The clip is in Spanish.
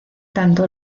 tanto